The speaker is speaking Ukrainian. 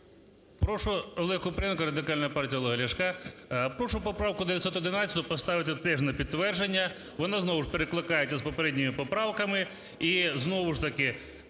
О.В. Олег Купрієнко, Радикальна партія. Прошу поправку 911 поставити теж на підтвердження. Вона знову ж перекликається з попередніми поправками.